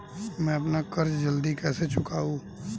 मैं अपना कर्ज जल्दी कैसे चुकाऊं?